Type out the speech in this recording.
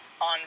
on